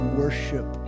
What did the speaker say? worship